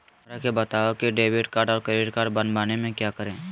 हमरा के बताओ की डेबिट कार्ड और क्रेडिट कार्ड बनवाने में क्या करें?